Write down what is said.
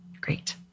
Great